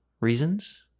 reasons